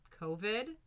COVID